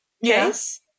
Yes